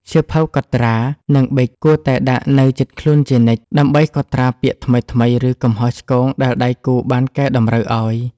សៀវភៅកត់ត្រា និងប៊ិច គួរតែដាក់នៅជិតខ្លួនជានិច្ច ដើម្បីកត់ត្រាពាក្យថ្មីៗ ឬកំហុសឆ្គងដែលដៃគូបានកែតម្រូវឱ្យ។